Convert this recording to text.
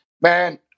Man